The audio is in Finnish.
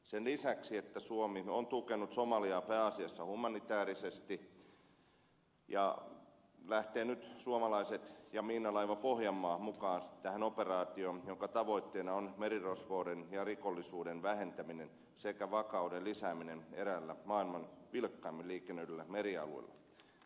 sen lisäksi että suomi on tukenut somaliaa pääasiassa humanitäärisesti nyt suomalaiset ja miinalaiva pohjanmaa lähtevät mukaan tähän operaatioon jonka tavoitteena on merirosvouden ja rikollisuuden vähentäminen sekä vakauden lisääminen eräällä maailman vilkkaimmin liikennöidyllä merialueella